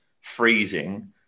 freezing